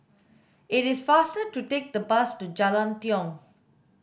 it is faster to take the bus to Jalan Tiong